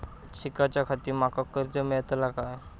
शिकाच्याखाती माका कर्ज मेलतळा काय?